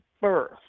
birth